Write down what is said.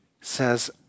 says